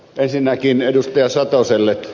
ensinnäkin ed